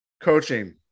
Coaching